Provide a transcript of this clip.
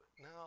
Now